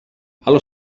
allo